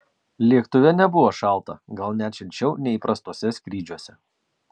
lėktuve nebuvo šalta gal net šilčiau nei įprastuose skrydžiuose